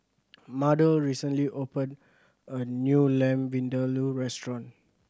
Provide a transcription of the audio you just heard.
Mardell recently opened a new Lamb Vindaloo restaurant